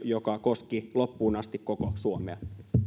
joka koski loppuun asti koko suomea